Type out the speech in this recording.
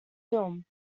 film